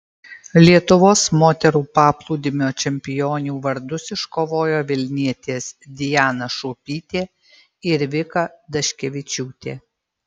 lietuvos moterų paplūdimio čempionių vardus iškovojo vilnietės diana šuopytė ir vika daškevičiūtė